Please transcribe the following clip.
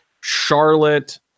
Charlotte